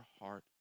heart